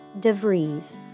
DeVries